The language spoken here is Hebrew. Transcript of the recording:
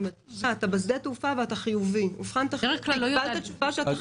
אתה בשדה התעופה ואובחנת כחיובי.